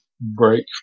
break